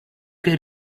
che